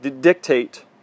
dictate